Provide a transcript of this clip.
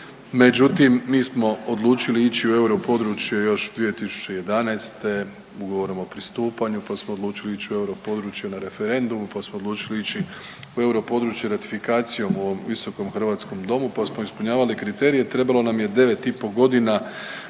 Međutim, mi smo odlučili ići u europodručje još 2011. Ugovorom o pristupanju, pa smo odlučili ići u europodručje na referendumu, pa smo odlučili ići u europodručje ratifikacijom u ovom visokom hrvatskom domu, pa smo ispunjavali kriterije. Trebalo nam je devet i